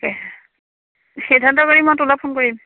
সেই মই তোলে ফোন কৰিম